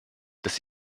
das